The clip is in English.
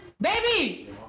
Baby